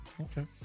Okay